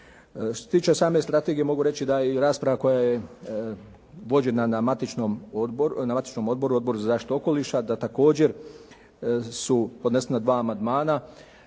Što se tiče same strategije mogu reći da je i rasprava koja je vođena na matičnom odboru, Odboru za zaštitu okoliša, da također su podnesena dva amandmana